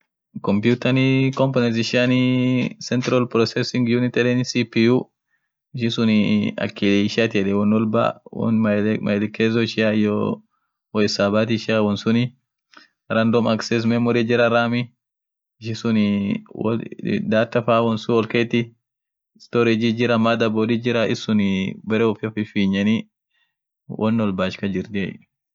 Kobaaninii akbiri jireni, kobaan mugu sooliat jira iyoo kugu iranaat jir. mugu soolianii mugu iranati mugu lafaan hadeeten. mugu iranaat jira mugu kubeen kasneketen isun ak kobaan siira hinbuun kubeen fan kabde suunt jirai sooliaf iyo mugu iranat